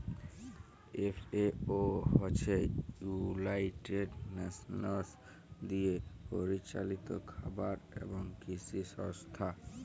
FAO হছে United Nations দিয়ে পরিচালিত খাবার এবং কিসি সংস্থা